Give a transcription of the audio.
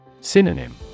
Synonym